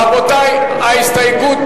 רבותי, הסתייגות